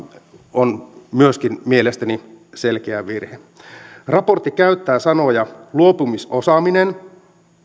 on myöskin mielestäni selkeä virhe raportti käyttää sanoja luopumisosaaminen